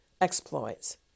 Exploits